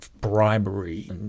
bribery